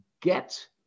get